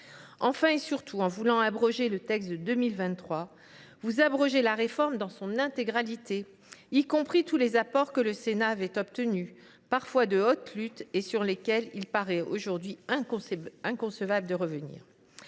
Enfin et surtout, en voulant abroger le texte de 2023, vous abrogez la réforme dans son intégralité, y compris tous les apports que le Sénat avait obtenus, parfois de haute lutte, et sur lesquels il paraît aujourd’hui inconcevable de revenir.